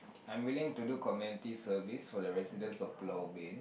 I'm willing to do community service for the residents of Pulau-Ubin